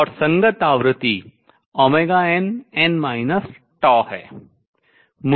और संगत आवृत्ति nn है